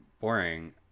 boring